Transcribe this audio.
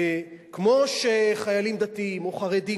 כמו שחיילים דתיים או חרדים,